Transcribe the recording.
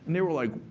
they were like,